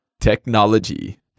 Technology